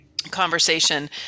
conversation